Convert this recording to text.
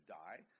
die